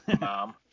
Mom